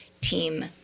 Team